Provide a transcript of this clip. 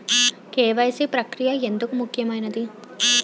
KYC ప్రక్రియ ఎందుకు ముఖ్యమైనది?